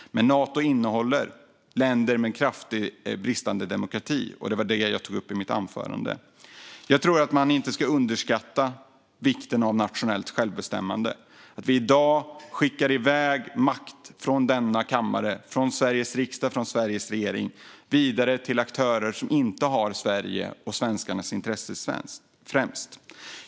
Men Nato innehåller länder med kraftigt bristande demokrati, som jag tog upp i mitt huvudanförande. Man ska inte underskatta vikten av nationellt självbestämmande. I dag skickar vi iväg makt från denna kammare, från Sveriges riksdag och från Sveriges regering till aktörer som inte har Sveriges och svenskarnas intresse främst.